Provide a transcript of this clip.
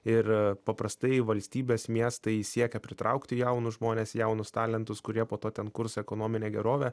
ir paprastai valstybės miestai siekia pritraukti jaunus žmones jaunus talentus kurie po to ten kurs ekonominę gerovę